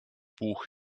buch